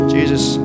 Jesus